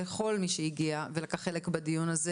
לכל מי שהגיע ולקח חלק בדיון הזה.